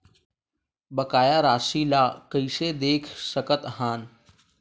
बकाया राशि ला कइसे देख सकत हान?